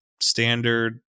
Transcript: standard